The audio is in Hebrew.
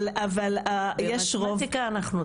אבל יש רוב --- במתמטיקה אנחנו טובות.